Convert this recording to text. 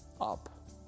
up